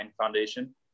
Foundation